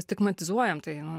stigmatizuojam tai nu